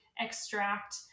extract